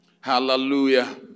Hallelujah